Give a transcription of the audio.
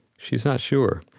she's not sure.